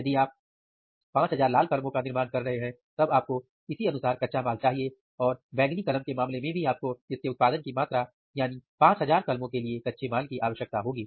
यदि आप 5000 लाल कलमों का निर्माण कर रहे हैं तब आपको इसी अनुसार कच्चा माल चाहिए और बैगनी कलम के मामले में भी आपको इसके उत्पादन की मात्रा यानी 5000 कलमों के लिए कच्चे माल की आवश्यकता होगी